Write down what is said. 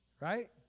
right